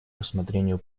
рассмотрению